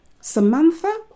Samantha